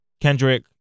Kendrick